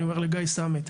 אני אומר לגיא סמט.